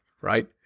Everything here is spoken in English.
right